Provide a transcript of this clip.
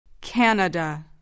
Canada